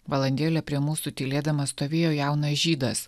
valandėlę prie mūsų tylėdamas stovėjo jaunas žydas